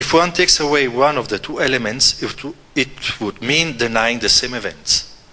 אם מישהו לוקח אחד מהשני אלמנטים, פירושו להכחיש את אותם האירועים.